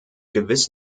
gewiss